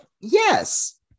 Yes